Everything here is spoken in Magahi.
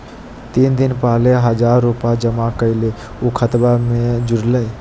तीन दिन पहले हजार रूपा जमा कैलिये, ऊ खतबा में जुरले?